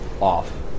off